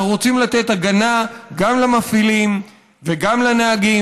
אנחנו רוצים לתת הגנה גם למפעילים וגם לנהגים.